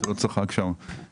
הבחירה שלך